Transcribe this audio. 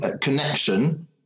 connection